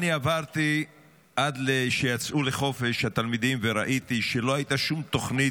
אני עברתי עד שהתלמידים יצאו לחופש וראיתי שלא הייתה שום תוכנית